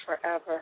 forever